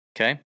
Okay